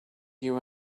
you